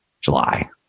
July